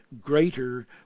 greater